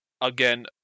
again